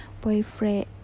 boyfriend